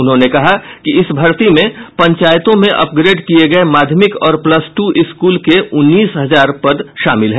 उन्होंने कहा कि इस भर्ती में पंचायतों में अपग्रेड किये गये माध्यमिक और प्लस टू स्कूल के उन्नीस हजार पद शामिल हैं